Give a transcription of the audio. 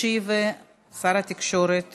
ישיב שר התקשורת